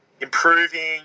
improving